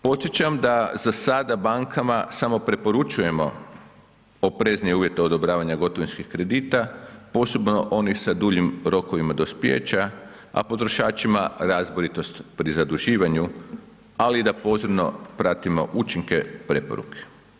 Podsjećam da za sada bankama samo preporučujemo opreznije uvjete odobravanja gotovinskih kredita, posebno onih sa duljim rokovima dospijeća, a potrošačima razboritost pri zaduživanju, ali i da pozorno pratimo učinke preporuke.